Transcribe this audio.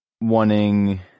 wanting